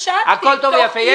הכול טוב ויפה.